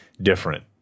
different